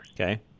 Okay